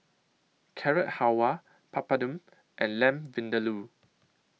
Carrot Halwa Papadum and Lamb Vindaloo